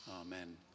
Amen